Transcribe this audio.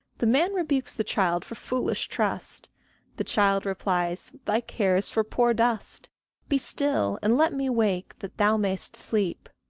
the man rebukes the child for foolish trust the child replies, thy care is for poor dust be still, and let me wake that thou mayst sleep.